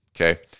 okay